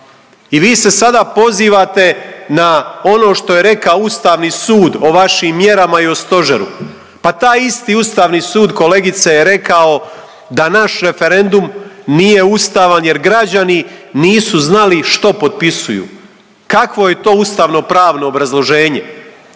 i vi se sada pozivate na ono što je rekao Ustavni sud o važim mjerama i važem stožeru. Pa taj isti Ustavni sud kolegice je rekao da naš referendum nije ustavan jer građani nisu znali što potpisuju. Kakvo je to ustavnopravno obrazloženje?